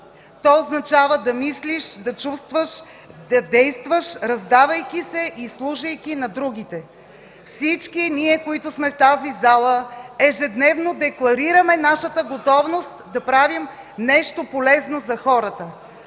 То означава да мислиш, да чувстваш, да действаш, раздавайки се и служейки на другите. Всички ние в тази зала ежедневно декларираме нашата готовност да правим нещо полезно за хората.